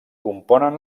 componen